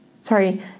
sorry